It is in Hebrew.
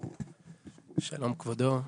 שלום כבודו,